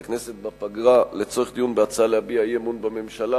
הכנסת בפגרה לצורך דיון בהצעה להביע אי-אמון בממשלה,